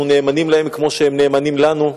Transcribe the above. אנחנו נאמנים להם כמו שהם נאמנים לנו.